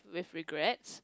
with regrets